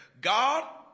God